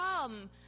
come